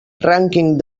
rànquing